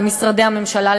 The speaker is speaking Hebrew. למשרדי הממשלה,